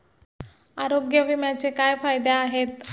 आरोग्य विम्याचे काय फायदे आहेत?